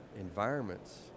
environments